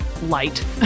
light